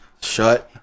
Shut